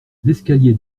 l’escalier